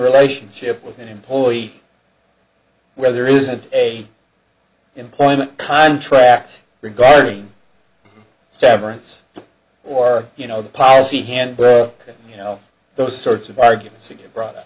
relationship with an employee where there isn't a employment contract regarding severance or you know the policy hand you know those sorts of arguments again brought up